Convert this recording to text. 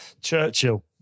Churchill